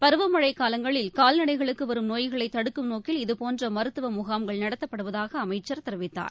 பருவமழை காலங்களில் கால்நடைகளுக்கு வரும் நோய்களை தடுக்கும் நோக்கில் இதுபோன்ற மருத்துவ முகாம்கள் நடத்தப்படுவதாக அமைச்சர் தெரிவித்தார்